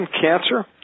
cancer